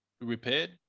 repaired